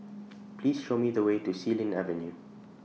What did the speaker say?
Please Show Me The Way to Xilin Avenue